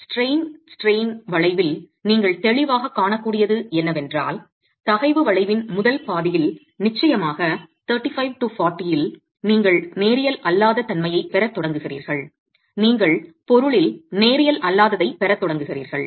stress strain வளைவில் நீங்கள் தெளிவாகக் காணக்கூடியது என்னவென்றால் தகைவு வளைவின் முதல் பாதியில் நிச்சயமாக 35 40 இல் நீங்கள் நேரியல் அல்லாத தன்மையைப் பெறத் தொடங்குகிறீர்கள் நீங்கள் பொருளில் நேரியல் அல்லாததைப் பெறத் தொடங்குகிறீர்கள்